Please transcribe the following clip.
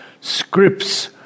scripts